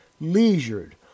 leisured